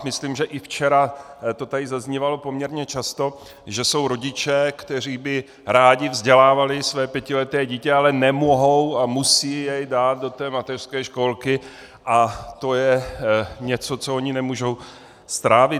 Myslím, že i včera to tady zaznívalo poměrně často, že jsou rodiče, kteří by rádi vzdělávali své pětileté dítě, ale nemohou a musí jej dát do té mateřské školky, a to je něco, co oni nemůžou strávit.